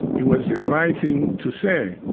it was the right thing to say.